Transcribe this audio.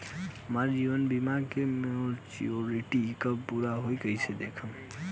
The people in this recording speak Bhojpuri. हमार जीवन बीमा के मेचीयोरिटी कब पूरा होई कईसे देखम्?